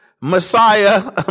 Messiah